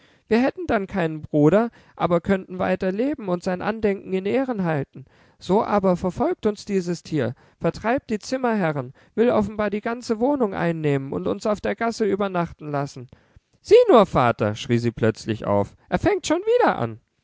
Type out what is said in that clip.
wir hätten dann keinen bruder aber könnten weiter leben und sein andenken in ehren halten so aber verfolgt uns dieses tier vertreibt die zimmerherren will offenbar die ganze wohnung einnehmen und uns auf der gasse übernachten lassen sieh nur vater schrie sie plötzlich auf er fängt schon wieder an